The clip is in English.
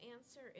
answer